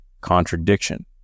contradiction